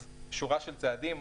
אז שורה של צעדים.